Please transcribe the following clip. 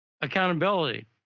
accountability